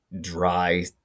dry